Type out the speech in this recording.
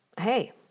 hey